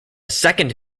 second